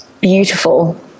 beautiful